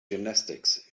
gymnastics